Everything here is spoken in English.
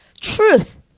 truth